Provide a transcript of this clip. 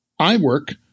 iWork